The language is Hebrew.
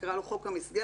נקרא לו חוק המסגרת,